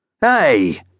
Hey